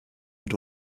mit